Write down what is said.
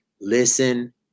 Listen